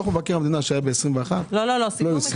לא, לא.